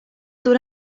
tour